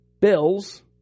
Bills